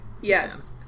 Yes